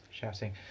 shouting